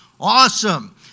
Awesome